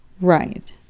Right